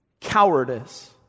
cowardice